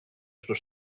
στους